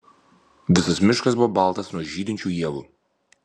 visas miškas buvo baltas nuo žydinčių ievų